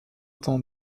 temps